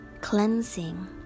cleansing